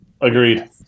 Agreed